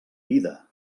vida